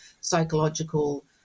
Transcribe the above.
psychological